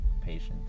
patience